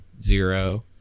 Zero